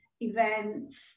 events